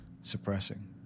suppressing